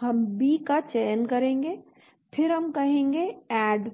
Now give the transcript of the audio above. तो हम बी का चयन करेंगे फिर हम कहेंगे ऐड